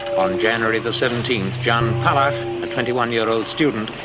on january the seventeenth, jan palach, a twenty one year old student,